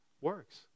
works